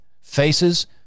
faces